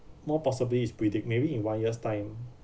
more possibly is predict maybe in one year's time